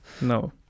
No